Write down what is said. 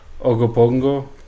Ogopongo